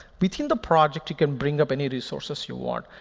between the project, you can bring up any resources you want,